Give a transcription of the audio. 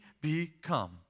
become